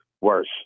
worse